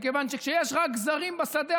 ומכיוון שכשיש רק גזרים בשדה,